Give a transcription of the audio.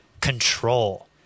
control